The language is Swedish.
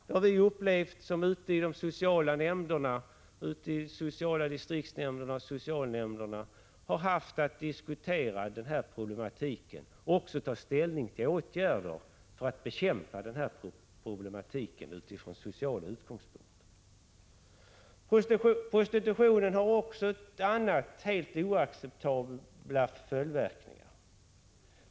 Det har vi upplevt, som ute i de sociala distriktshämnderna och socialnämnderna har haft att diskutera denna problematik och också ta ställning till åtgärder för att bekämpa problemen från social utgångspunkt. Prostitutionen har också andra helt oacceptabla följdverkningar.